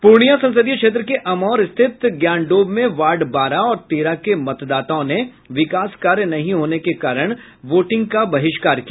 पूर्णिया संसदीय क्षेत्र के अमौर स्थित ज्ञानडोभ में वार्ड बारह और तेरह के मतदाताओं ने विकास कार्य नहीं होने के कारण वोटिंग का बहिष्कार किया